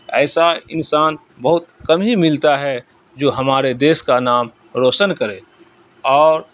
ایسا انسان بہت کم ہی ملتا ہے جو ہمارے دیس کا نام روشن کرے اور